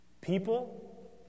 People